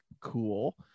cool